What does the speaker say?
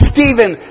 Stephen